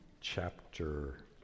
chapter